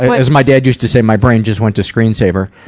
as my dad used to say, my brain just went to screen saver.